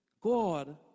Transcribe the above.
God